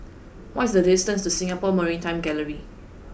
what is the distance to Singapore Maritime Gallery